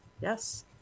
Yes